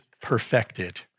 perfected